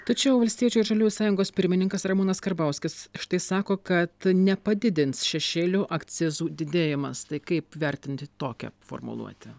tačiau valstiečių ir žaliųjų sąjungos pirmininkas ramūnas karbauskis štai sako kad nepadidins šešėlio akcizų didėjimas tai kaip vertinti tokią formuluotę